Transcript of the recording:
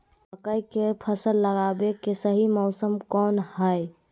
मकई के फसल लगावे के सही मौसम कौन हाय?